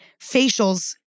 facials